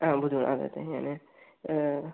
ആ വരൂ അതായത് എങ്ങനെ വേറെ